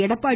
Edappadi